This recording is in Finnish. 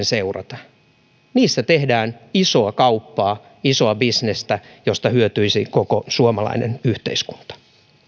seurata niillä tehdään isoa kauppaa isoa bisnestä josta hyötyisi koko suomalainen yhteiskunta